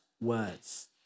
words